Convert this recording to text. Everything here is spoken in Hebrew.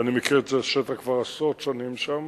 ואני מכיר את השטח כבר עשרות שנים שם,